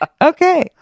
Okay